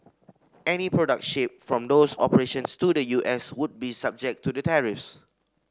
any products shipped from those operations to the U S would be subject to the tariffs